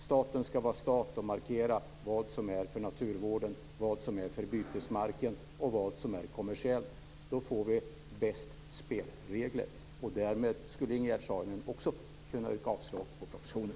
Staten ska vara stat och markera vad som tillhör naturvården, vad som är bytesmark och vad som är kommersiellt. Då får man bäst spelregler. Därmed skulle Ingegerd Saarinen också kunna avslå propositionen.